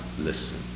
listen